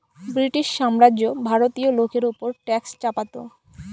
British সাম্রাজ্য ভারতীয় লোকের ওপর ট্যাক্স চাপাতো